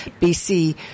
BC